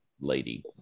lady